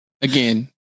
again